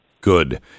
good